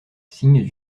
signes